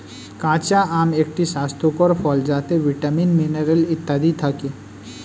কাঁচা আম একটি স্বাস্থ্যকর ফল যাতে ভিটামিন, মিনারেল ইত্যাদি থাকে